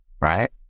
right